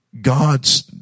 God's